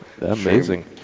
amazing